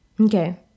Okay